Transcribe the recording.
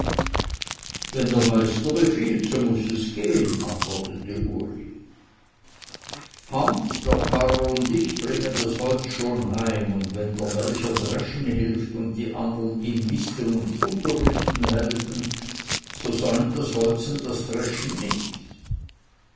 wenn der meister befiehlt so muß es gehen antwortete uli hans der karrer und ich bringen das holz schon heim und wenn der melcher dreschen hilft und die andern ihm misten und futter rüsten helfen so säumt das holzen das dreschen nicht